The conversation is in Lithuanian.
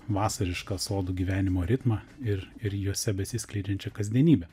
vasarišką sodų gyvenimo ritmą ir ir jose besiskleidžiančią kasdienybę